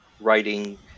writing